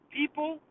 people